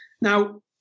Now